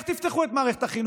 איך תפתחו את מערכת החינוך?